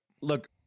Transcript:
Look